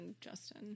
Justin